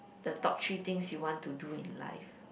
the top three things you want to do in life